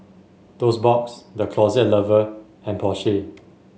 Toast Box The Closet Lover and Porsche